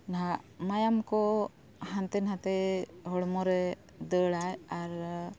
ᱱᱟᱦᱟᱜ ᱢᱟᱭᱟᱢ ᱠᱚ ᱦᱟᱱᱛᱮ ᱱᱟᱛᱮ ᱦᱚᱲᱢᱚ ᱨᱮ ᱫᱟᱹᱲᱟᱭ ᱟᱨ